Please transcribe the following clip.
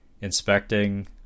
inspecting